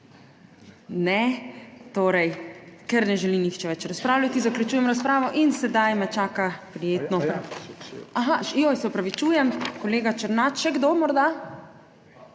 tem? Ne. Ker ne želi nihče več razpravljati, zaključujem razpravo, in sedaj me čaka prijetno … Aja, joj, se opravičujem, kolega Černač. Še kdo morda?